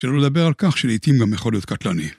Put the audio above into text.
שלא לדבר על כך שלעיתים גם יכול להיות קטלני.